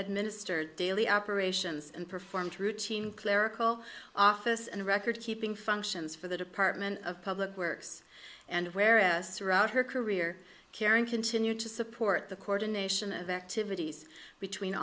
administered daily operations and performed routine clerical office and record keeping functions for the department of public works and where us throughout her career karen continued to support the court a nation of activities between